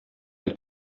ein